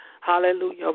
hallelujah